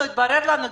התברר לנו,